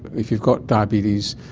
if you've got diabetes,